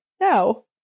no